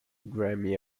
grammy